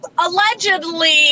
allegedly